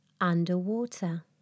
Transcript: Underwater